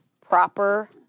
proper